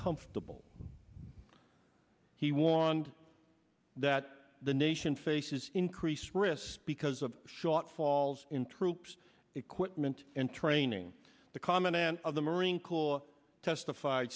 comfortable he warned that the nation faces increased risk because of shortfalls in troops equipment and training the commandant of the marine corps testif